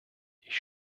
ich